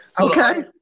Okay